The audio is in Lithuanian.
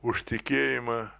už tikėjimą